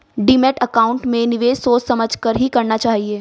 demat account में निवेश सोच समझ कर ही करना चाहिए